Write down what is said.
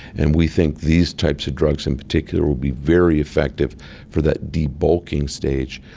and we think these types of drugs in particular would be very effective for that debulking stage.